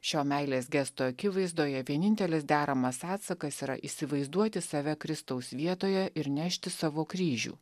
šio meilės gesto akivaizdoje vienintelis deramas atsakas yra įsivaizduoti save kristaus vietoje ir nešti savo kryžių